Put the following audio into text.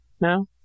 No